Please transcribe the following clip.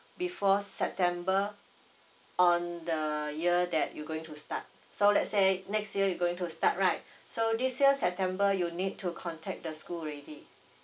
before september on the year that you going to start so let's say next year you going to start right so this year september you need to contact the school already